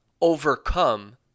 overcome